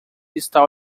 está